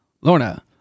Lorna